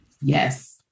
Yes